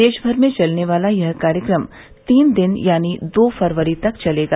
देशभर में चलने वाला यह कार्यक्रम तीन दिन यानि दो फरवरी तक चलेगा